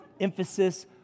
Emphasis